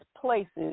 places